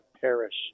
perish